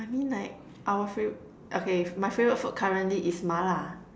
I mean like our fav~ okay my favourite food currently is mala